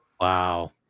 Wow